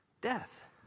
death